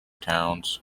towns